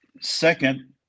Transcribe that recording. second